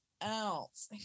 else